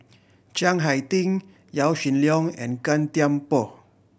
Chiang Hai Ding Yaw Shin Leong and Gan Thiam Poh